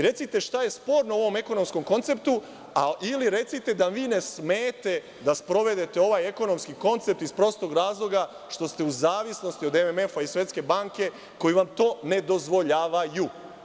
Recite šta je sporno u ovom ekonomskom konceptu ili recite da vi ne smete da sprovedete ovaj ekonomski koncept iz prostog razloga što ste u zavisnosti od MMF i Svetske banke koji vam to ne dozvoljavaju.